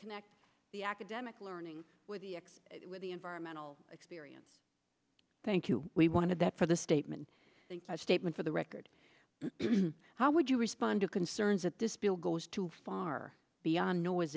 connect the academic learning with the environmental experience thank you we wanted that for the statement statement for the record how would you respond to concerns that this bill goes too far beyond